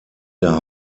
der